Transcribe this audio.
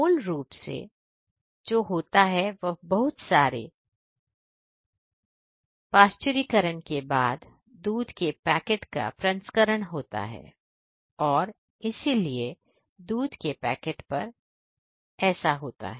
मूल रूप से जो होता है वह बहुत सारे पास्चुरीकरण के बाद दूध के पैकेट का प्रसंस्करण होता है और इसलिए दूध के पैकेट पर ऐसा होता है